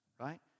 right